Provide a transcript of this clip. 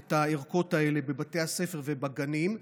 את הערכות האלה בבתי הספר ובגנים.